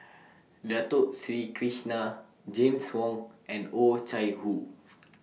Dato Sri Krishna James Wong and Oh Chai Hoo